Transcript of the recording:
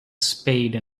spade